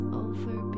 over